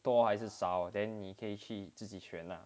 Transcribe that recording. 多还是少 then 你可以去自己选 lah